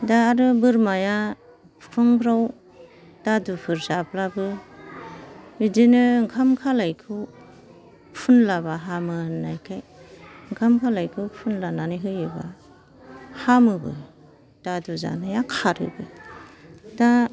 दा आरो बोरमाया बिखुंफ्राव दादुफोर जाब्लाबो बिदिनो ओंखाम खालायखौ फुनलाबा हामो होन्नायखाय ओंखाम खालायखौ फुनलानानै होयोबा हामोबो दादु जानाया खारोबो दा